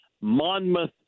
monmouth